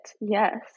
Yes